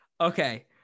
okay